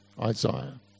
Isaiah